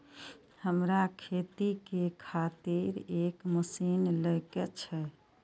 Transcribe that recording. हमरा खेती के खातिर एक मशीन ले के छे?